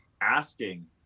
asking